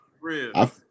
real